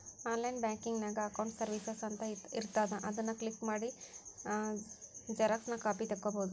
online ಬ್ಯಾಂಕಿನ್ಯಾಗ accounts services ಅಂತ ಇರ್ತಾದ ಅದನ್ ಕ್ಲಿಕ್ ಮಾಡಿ ಝೆರೊಕ್ಸಾ ಕಾಪಿ ತೊಕ್ಕೊಬೋದು